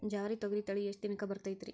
ಜವಾರಿ ತೊಗರಿ ತಳಿ ಎಷ್ಟ ದಿನಕ್ಕ ಬರತೈತ್ರಿ?